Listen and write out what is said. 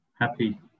happy